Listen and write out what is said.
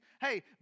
hey